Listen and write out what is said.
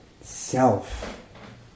self